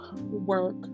work